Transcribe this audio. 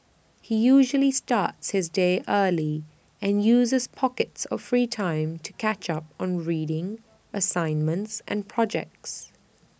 he usually starts his day early and uses pockets of free time to catch up on reading assignments and projects